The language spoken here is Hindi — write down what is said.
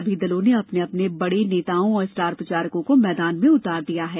सभी दलों ने अपने बड़े नेताओं और स्टार प्रचारकों को मैदान में उतार दिया है